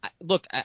look